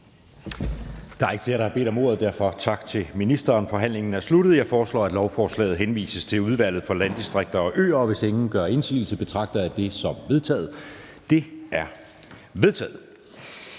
Der er ikke flere, der har bedt om ordet. Derfor siger vi tak til ministeren. Forhandlingen er afsluttet. Jeg foreslår, at lovforslaget henvises til Udvalget for Landdistrikter og Øer. Hvis ingen gør indsigelse, betragter jeg dette som vedtaget. Det er vedtaget.